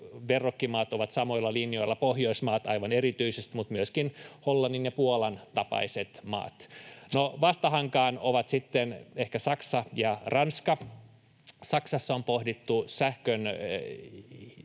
verrokkimaat ovat samoilla linjoilla, Pohjoismaat aivan erityisesti mutta myöskin Hollannin ja Puolan tapaiset maat. No, vastahankaan ovat sitten ehkä Saksa ja Ranska. Saksassa on pohdittu sähkön